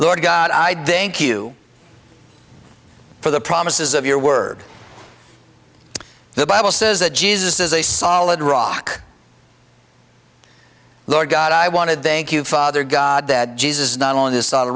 lord god i'd think you for the promises of your word the bible says that jesus is a solid rock lord god i wanted thank you father god that jesus is not on this on